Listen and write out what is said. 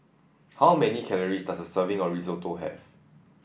how many calories does a serving of Risotto have